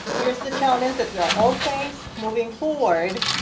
here's the challenge that we are all face moving forward.